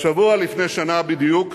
והשבוע לפני שנה בדיוק,